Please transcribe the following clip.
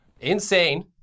insane